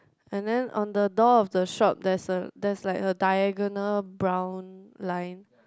and then on the door of the shop there is a there is like a diagonal brown line